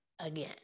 again